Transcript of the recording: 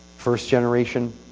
first-generation,